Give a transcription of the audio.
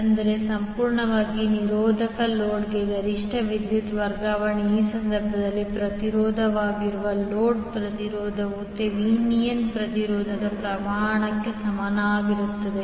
ಅಂದರೆ ಸಂಪೂರ್ಣವಾಗಿ ನಿರೋಧಕ ಲೋಡ್ಗೆ ಗರಿಷ್ಠ ವಿದ್ಯುತ್ ವರ್ಗಾವಣೆ ಈ ಸಂದರ್ಭದಲ್ಲಿ ಪ್ರತಿರೋಧವಾಗಿರುವ ಲೋಡ್ ಪ್ರತಿರೋಧವು ಥೆವೆನಿನ್ ಪ್ರತಿರೋಧದ ಪ್ರಮಾಣಕ್ಕೆ ಸಮಾನವಾಗಿರುತ್ತದೆ